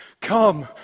Come